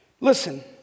Listen